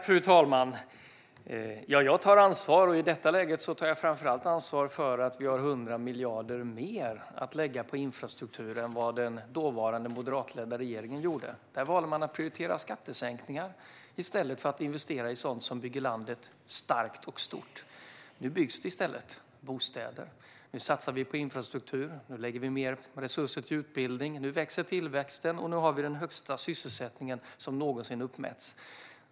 Fru talman! Jag tar ansvar. I detta läge tar jag framför allt ansvar för att vi har 100 miljarder mer att lägga på infrastruktur än vad den dåvarande moderatledda regeringen lade på det. Då valde man att prioritera skattesänkningar i stället för att investera i sådant som bygger landet starkt och stort. Nu byggs det i stället bostäder. Nu satsar vi på infrastruktur. Nu lägger vi mer resurser på utbildning. Nu ökar tillväxten. Nu har vi den högsta sysselsättning som någonsin uppmätts.